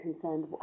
concerned